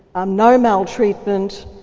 um no maltreatment,